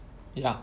ya